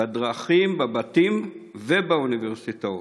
בדרכים, בבתים ובאוניברסיטאות.